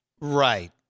Right